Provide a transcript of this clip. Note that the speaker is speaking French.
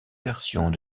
versions